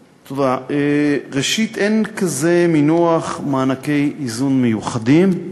1. ראשית, אין מונח כזה "מענקי איזון מיוחדים",